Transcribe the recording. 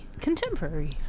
contemporary